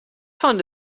fan